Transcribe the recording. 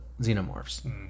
xenomorphs